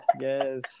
yes